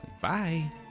Bye